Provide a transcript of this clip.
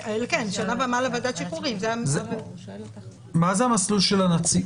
מה זה המסלול של הנציב?